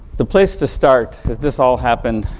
the place to start is this all happened,